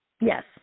Yes